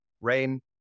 rain